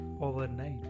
overnight